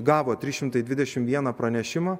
gavo trys šimtai dvidešimt vieną pranešimą